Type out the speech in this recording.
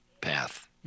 path